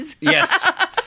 Yes